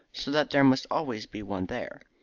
so that there must always be one there.